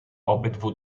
obydwu